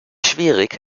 schwierig